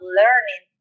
learning